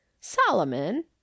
solomon